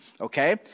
Okay